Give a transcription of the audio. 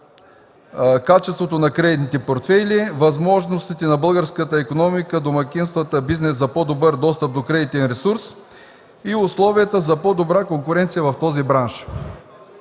качеството на кредитните портфейли, възможностите на българската икономика, домакинствата и бизнеса за по-добър достъп до кредитен ресурс и условията за по-добра конкуренция в този бранш.